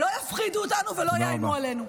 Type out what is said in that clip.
לא יפחידו אותנו ולא יאיימו עלינו.